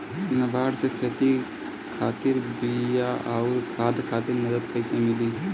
नाबार्ड से खेती खातिर बीया आउर खाद खातिर मदद कइसे मिली?